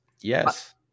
Yes